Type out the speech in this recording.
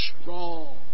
strong